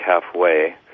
halfway